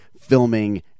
filming